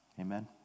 Amen